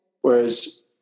Whereas